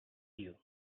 you